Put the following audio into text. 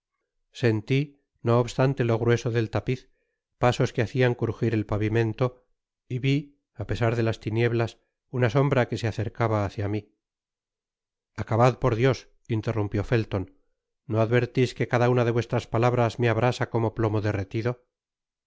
senti no obstante lo grueso del tapiz pasos que hacian crujir el pavimento y vi á pesar de las tinieblas una sombra que se acercaba hacia rai acabad por dios interrumpió felton no advertis que cada una de vuestras palabras me abrasa como plomo